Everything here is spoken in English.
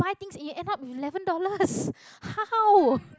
buy things and you end up with eleven dollars how